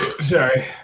Sorry